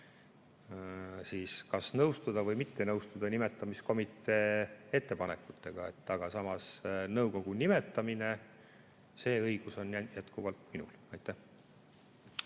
võimalus nõustuda või mitte nõustuda nimetamiskomitee ettepanekutega. Samas nõukogu nimetamise õigus on jätkuvalt minul. Aitäh!